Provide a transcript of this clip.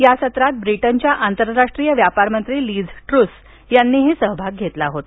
या सत्रात ब्रिटनच्या आंतरराष्ट्रीय व्यापार मंत्री लीझ ट्रूस यांनीही सहभाग घेतला होता